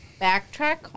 backtrack